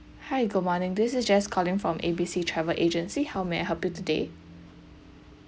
hi good morning this is jess calling from A_B_C travel agency how may I help you today